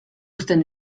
uzten